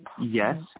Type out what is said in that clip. Yes